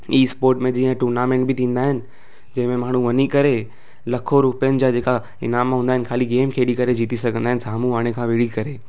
ई spot में जीअं tournament बि थींदा आहिनि जंहिंमे माण्हू वञी करे लखो रुपियनि जा जेका ईनाम हूंदा आहिनि खाली गेम खेॾी करे जिते सघंदा आहिनि साम्हूं वारे खां विड़ी करे